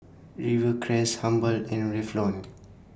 Rivercrest Habhal and Revlon